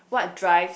what drives